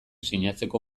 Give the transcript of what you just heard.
sinatzeko